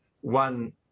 One